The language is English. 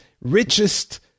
richest